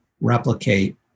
replicate